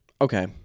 okay